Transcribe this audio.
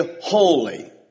holy